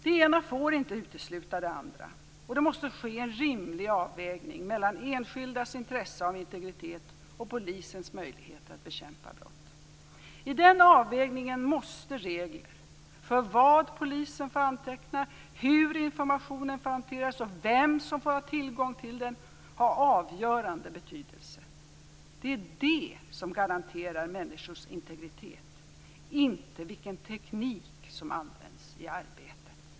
Det ena får inte utesluta det andra, och det måste ske en rimlig avvägning mellan enskildas intresse av integritet och polisens möjligheter att bekämpa brott. I den avvägningen måste regler för vad polisen får anteckna, hur informationen får hanteras och vem som får ha tillgång till den ha avgörande betydelse. Det är det som garanterar människors integritet, inte vilken teknik som används i arbetet.